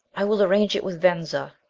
i will arrange it with venza,